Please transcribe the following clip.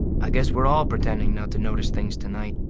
i guess we're all pretending not to notice things tonight.